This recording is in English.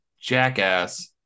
Jackass